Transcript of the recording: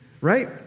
Right